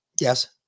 Yes